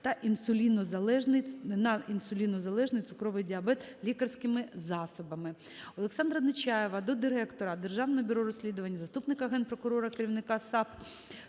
на інсулінозалежний цукровий діабет лікарськими засобами. Олександра Нечаєва до Директора Державного бюро розслідувань, заступника Генпрокурора – керівника САП